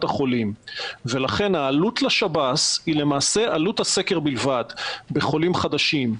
החולים ולכן העלות לשב"ס היא למעשה עלות הסקר בלבד בחולים חדשים.